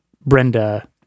Brenda